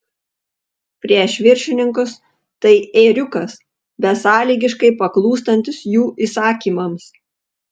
prieš viršininkus tai ėriukas besąlygiškai paklūstantis jų įsakymams